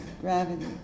gravity